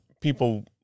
people